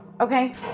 Okay